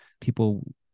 people